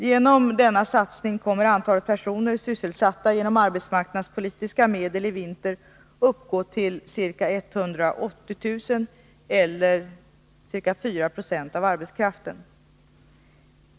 Med denna satsning kommer antalet personer sysselsatta genom arbetsmarknadspolitiska medel i vinter att uppgå till ca 180 000 eller ca 4 90 av arbetskraften.